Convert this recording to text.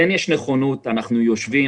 כן יש נכונות, אנחנו יושבים.